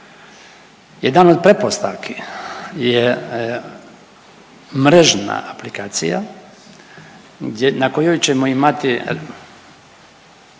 Jedan od pretpostavki je mrežna aplikacija gdje, na kojoj ćemo imati